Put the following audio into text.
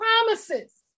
promises